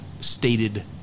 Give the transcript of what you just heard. stated